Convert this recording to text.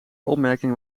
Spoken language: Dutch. opmerking